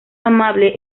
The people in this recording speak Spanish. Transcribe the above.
amable